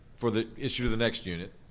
for the issue of the next unit.